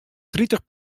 tritich